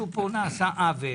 נעשה פה עוול